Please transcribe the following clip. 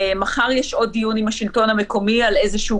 מחר יש עוד דיון עם השלטון המקומי על איזשהו